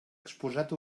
exposat